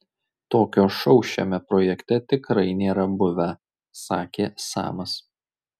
tokio šou šiame projekte tikrai nėra buvę sakė samas